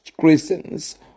Christians